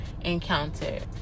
encountered